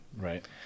right